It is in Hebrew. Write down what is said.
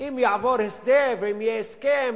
אם יעבור הסכם ואם יהיה הסכם,